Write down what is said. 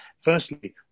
Firstly